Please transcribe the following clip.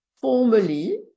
formally